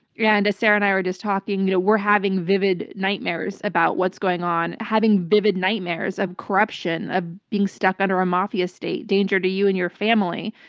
yeah and sarah and i were just talking, you know we're having vivid nightmares about what's going on, having vivid nightmares of corruption, of being stuck under a mafia state, danger to you and your family.